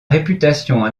réputation